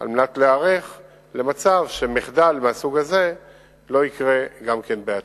על מנת להיערך למצב שמחדל מהסוג הזה לא יקרה בעתיד.